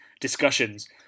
discussions